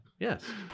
Yes